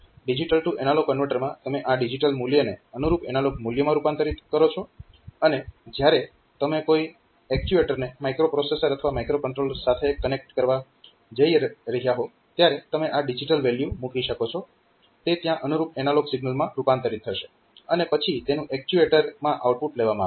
digital to analog કન્વર્ટરમાં તમે આ ડિજીટલ મૂલ્યને અનુરૂપ એનાલોગ મૂલ્યમાં રૂપાંતરીત કરો છો અને જ્યારે તમે કોઈ એક્ટ્યુએટર ને કોઈ માઇક્રોપ્રોસેસર અથવા માઇક્રોકંટ્રોલર સાથે કનેક્ટ કરવા જઇ રહ્યા હો ત્યારે તમે ત્યાં ડિજીટલ વેલ્યુ મૂકી શકો છો તે ત્યાં અનુરૂપ એનાલોગ સિગ્નલમાં રૂપાંતરીત થશે અને પછી તેનું એક્ટ્યુએટરમાં આઉટપુટ લેવામાં આવે છે